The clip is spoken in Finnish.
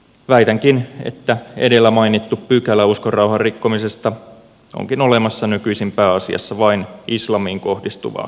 väitänkin että edellä mainittu pykälä uskonrauhan rikkomisesta onkin olemassa nykyisin pääasiassa vain islamiin kohdistuvaa kritiikkiä varten